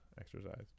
exercise